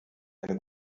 eine